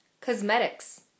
Cosmetics